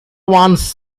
once